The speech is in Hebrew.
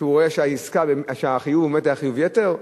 שהוא רואה שהחיוב עומד על חיוב יתר,